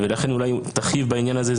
ולכן אולי תרחיב בעניין הזה.